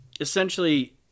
essentially